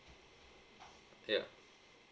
ya